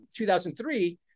2003